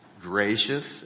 gracious